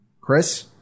Chris